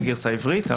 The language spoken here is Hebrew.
אין גרסה עברית.